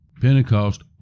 Pentecost